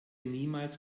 niemals